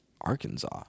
Arkansas